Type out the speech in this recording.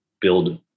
build